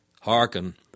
Hearken